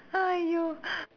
!aiyo!